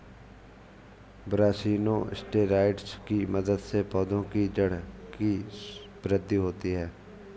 brassinosteroids की मदद से पौधों की जड़ की वृद्धि होती है